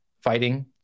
fighting